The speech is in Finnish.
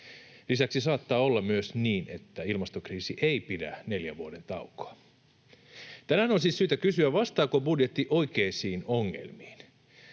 Lisäksi saattaa olla myös niin, että ilmastokriisi ei pidä neljän vuoden taukoa. Tänään on siis syytä kysyä, vastaako budjetti oikeisiin ongelmiin.